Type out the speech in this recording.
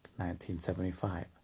1975